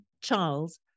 Charles